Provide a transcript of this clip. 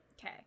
Okay